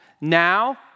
Now